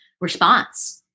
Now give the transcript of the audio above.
response